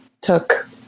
took